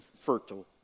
fertile